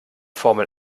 formel